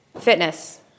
Fitness